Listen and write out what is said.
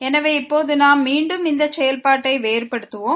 எனவே இப்போது நாம் மீண்டும் இந்த செயல்பாட்டை வேறுபடுத்துவோம்